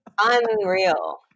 Unreal